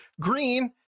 green